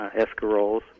escaroles